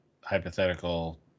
hypothetical